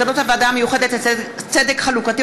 מסקנות הוועדה המיוחדת לצדק חלוקתי